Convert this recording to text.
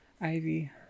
Ivy